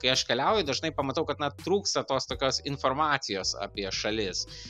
kai aš keliauju dažnai pamatau kad na trūksta tos tokios informacijos apie šalis